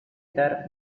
estar